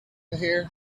here